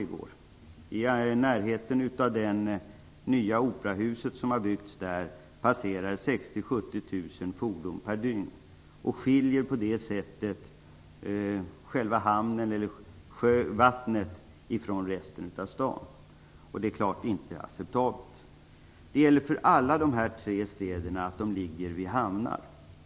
I närheten av det nya operahuset passerar 60 000 70 000 fordon per dygn. På det sättet avskiljs hamnen och därmed vattnet från resten av stan. Det är klart att detta inte är acceptabelt. Det gäller för alla dessa tre städer att de ligger vid hamnar.